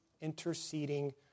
interceding